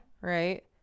Right